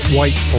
White